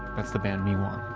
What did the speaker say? that's the band miwon.